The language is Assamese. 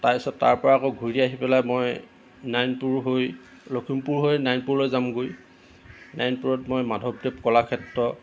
তাৰ পিছত তাৰপৰা আকৌ ঘূৰি আহি পেলাই মই নাৰায়ণপুৰ হৈ লখিমপুৰ হৈ নাৰায়ণপুৰলৈ যামগৈ নাৰাযণপুৰত মই মাধৱদেৱ কলাক্ষেত্ৰ